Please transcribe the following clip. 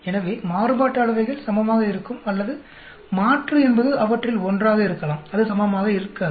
எனவே மாறுபாட்டு அளவைகள் சமமாக இருக்கும் அல்லது மாற்று என்பது அவற்றில் ஒன்றாக இருக்கலாம் அது சமமாக இல்லை